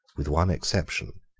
with one exception,